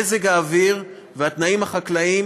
מזג האוויר והתנאים החקלאיים,